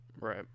Right